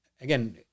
again